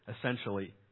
essentially